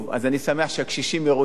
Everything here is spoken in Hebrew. אני שמח שהקשישים מרוצים,